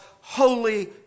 Holy